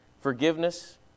Forgiveness